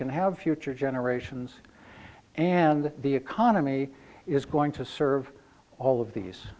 can have future generations and the economy is going to serve all of these